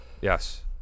Yes